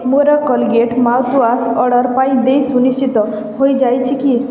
ମୋର Colgate mouth wash order ପାଇଁ ଦେୟ ସୁନିଶ୍ଚିତ ହୋଇଯାଇଛି କି